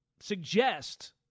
suggest